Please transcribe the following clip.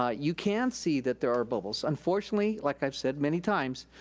ah you can see that there are bubbles. unfortunately, like i've said many times,